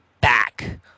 back